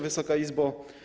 Wysoka Izbo!